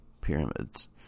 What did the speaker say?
pyramids